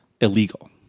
illegal